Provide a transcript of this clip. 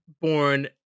born